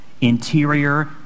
interior